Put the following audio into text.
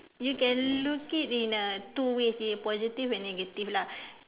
you can look it in uh two ways in positive and negative lah